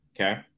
Okay